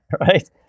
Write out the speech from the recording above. right